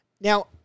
Now